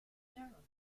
narrow